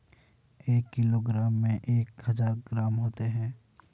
एक किलोग्राम में एक हज़ार ग्राम होते हैं